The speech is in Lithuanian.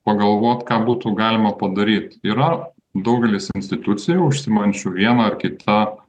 pagalvot ką būtų galima padaryt yra daugelis institucijų užsiimančių viena ar kita